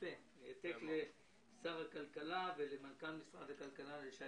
העתק לשר הכלכלה ולמנכ"ל משרד הכלכלה שי